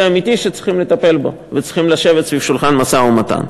אמיתי שצריכים לטפל בו וצריכים לשבת סביב שולחן המשא-ומתן.